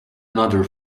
another